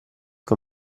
che